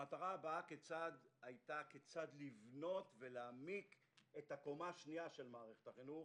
המטרה הבאה היתה כיצד לבנות ולהעמיק את הקומה השנייה של מערכת החינוך,